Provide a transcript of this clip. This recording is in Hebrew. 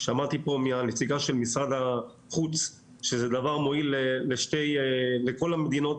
שמעתי פה מהנציגה של משרד החוץ שזה דבר מועיל לכל המדינות,